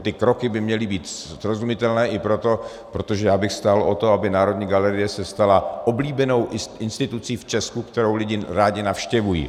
Ty kroky by měly být srozumitelné i proto, protože bych stál o to, aby Národní galerie se stala oblíbenou institucí v Česku, kterou lidi rádi navštěvují.